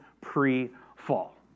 pre-fall